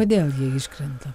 kodėl ji iškrenta